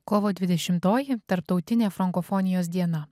kovo dvidešimtoji tarptautinė frankofonijos diena